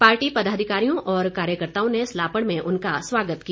party पदाधिकारियों और कार्यकर्ताओं ने सलापड़ में उनका स्वागत किया